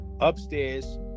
upstairs